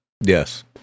Yes